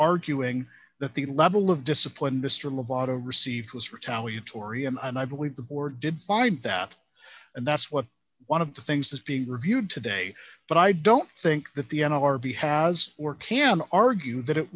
arguing that the level of discipline mr limbaugh to receive was retaliatory and i believe the board did find that and that's what one of the things is being reviewed today but i don't think that the n l r b has or can argue that it